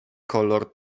kolor